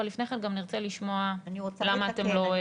אבל לפני כן נרצה לשמוע למה אתם --- אני רוצה לתקן,